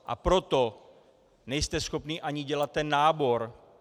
A proto nejste schopni ani dělat ten nábor.